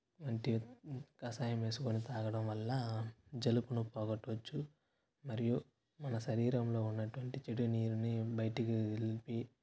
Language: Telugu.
వంటివి కషాయం వేసుకుని తాగడం వల్ల జలుబును పోగొట్టవచ్చు మరియు మన శరీరంలో ఉన్నటువంటి చెడు నీరుని బయటకు వెల్పి